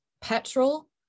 petrol